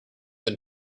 than